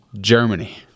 Germany